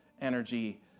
energy